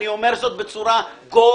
אני אומר זאת בצורה גורפת.